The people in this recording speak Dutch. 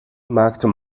maakte